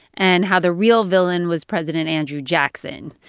and how the real villain was president andrew jackson.